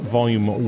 Volume